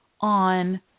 on